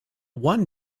one